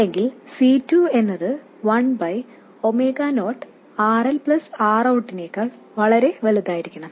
അല്ലെങ്കിൽ C2 എന്നത് 1 0RL Routനേക്കാൾ വളരെ വലുതായിരിക്കണം